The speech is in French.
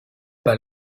pas